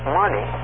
money